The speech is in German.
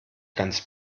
ganz